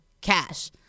cash